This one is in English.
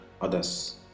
others